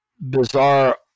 bizarre